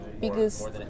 biggest